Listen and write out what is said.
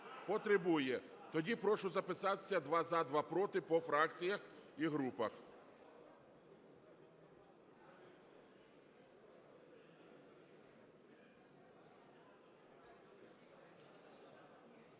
Потребує. Тоді прошу записатися: два – за, два – проти, по фракціях і групах.